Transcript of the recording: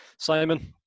Simon